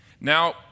Now